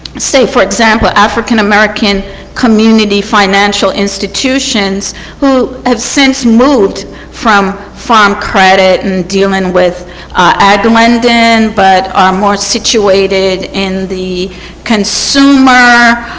say for example african-american community financial institutions who have since moved from farm credit and dealing with ag lending and but are more situated in the consumer